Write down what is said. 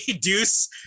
Deuce